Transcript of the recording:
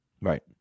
Right